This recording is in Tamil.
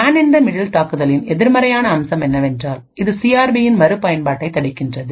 மேன் இன் த மிடில் தாக்குதலின் எதிர்மறையான அம்சம் என்னவென்றால் இது சிஆர்பியின் மறுபயன்பாட்டைத் தடுக்கின்றது